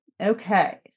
Okay